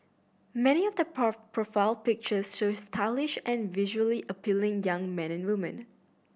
many of the profile pictures show stylish and visually appealing young man and woman